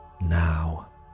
now